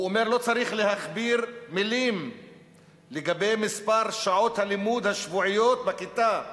הוא אומר: לא צריך להכביר מלים לגבי מספר שעות הלימוד השבועיות בכיתה.